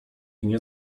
nie